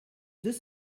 deux